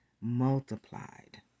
multiplied